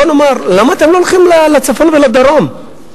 למה אתם לא הולכים לצפון ולדרום?